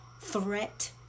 threat